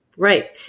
Right